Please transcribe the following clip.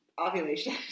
ovulation